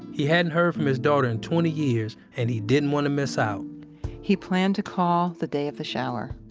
he hadn't heard from his daughter in twenty years, and he didn't want to miss out he planned to call the day of the shower